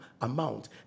amount